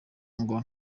ngo